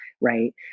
right